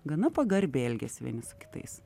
gana pagarbiai elgiasi vieni su kitais